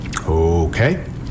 Okay